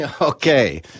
okay